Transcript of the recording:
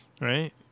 right